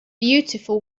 beautiful